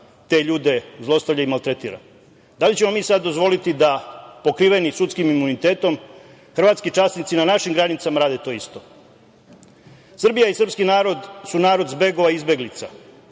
te ljude zlostavlja i maltretira. Da li ćemo mi sada dozvoliti da pokriveni sudskim imunitetom hrvatski časnici na našim granicama rade to isto? Srbija i Srpski narod su narod zbegova i izbeglica